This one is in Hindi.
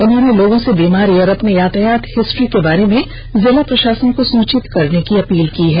उन्होंने लोगों से बिमारी और अपने यातायात हिस्ट्री के बारे में जिला प्रषासन को सूचित करने की अपील की है